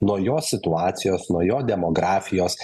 nuo jo situacijos nuo jo demografijos